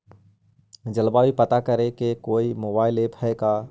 जलवायु पता करे के कोइ मोबाईल ऐप है का?